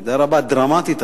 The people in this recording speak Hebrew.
במידה רבה אפילו דרמטית,